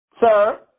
Sir